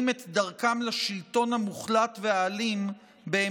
באמצעותן את דרכם לשלטון המוחלט והאלים.